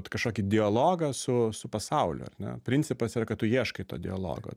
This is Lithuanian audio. kažkokį dialogą su su pasauliu ar ne principas yra kad tu ieškai to dialogo